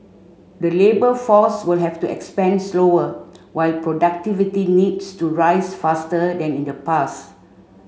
the labour force will have to expand slower while productivity needs to rise faster than in the past